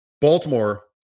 baltimore